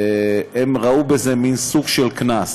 והן ראו בזה מין סוג של קנס,